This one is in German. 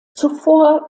zuvor